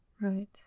Right